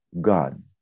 God